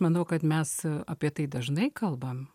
manau kad mes apie tai dažnai kalbam